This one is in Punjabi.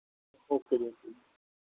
ਓਕੇ ਜੀ ਓਕੇ ਜੀ